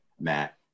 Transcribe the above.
Matt